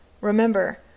remember